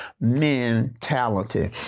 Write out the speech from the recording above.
mentality